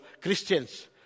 Christians